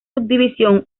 subdivisión